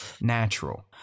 natural